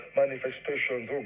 manifestations